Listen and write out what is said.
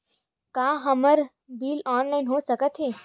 का हमर bill online हो सकत हे?